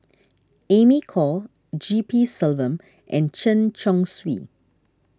Amy Khor G P Selvam and Chen Chong Swee